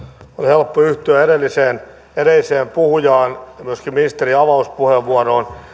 helppo yhtyä edelliseen edelliseen puhujaan ja myöskin ministerin avauspuheenvuoroon